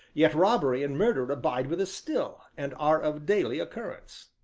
yet robbery and murder abide with us still, and are of daily occurrence.